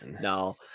no